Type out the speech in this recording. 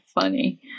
funny